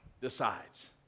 decides